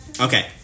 Okay